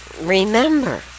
remember